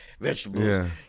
vegetables